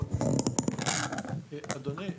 אדוני,